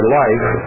life